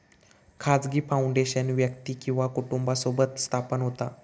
खाजगी फाउंडेशन व्यक्ती किंवा कुटुंबासोबत स्थापन होता